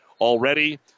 Already